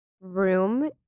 room